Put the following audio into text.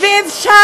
שאפשר לצפות,